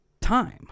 time